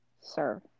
Sir